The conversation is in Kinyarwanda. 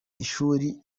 ishuri